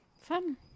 Fun